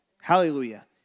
Hallelujah